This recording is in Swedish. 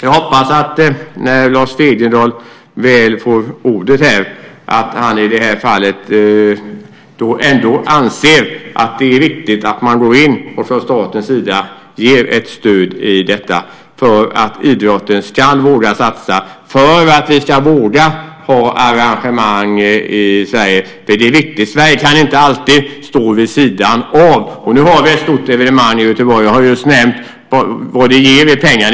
Jag hoppas att Lars Wegendal, när han väl får ordet, säger att han anser att det är viktigt att man från statens sida går in och ger ett stöd till detta för att idrotten ska våga satsa och för att vi ska våga ha arrangemang i Sverige. Det är viktigt. Sverige kan inte alltid stå vid sidan av. Nu har vi ett stort evenemang i Göteborg. Jag har just nämnt vad det ger i pengar.